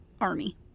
army